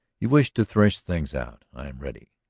you wished to thresh things out? i am ready.